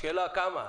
השאלה כמה.